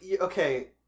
okay